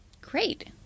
Great